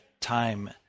time